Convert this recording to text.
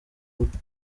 bwe